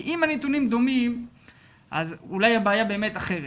כי אם הנתונים דומים אז אולי הבעיה באמת אחרת,